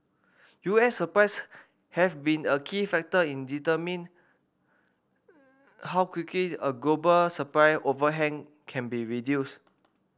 U S supplies have been a key factor in determining how quickly a global supply overhang can be reduced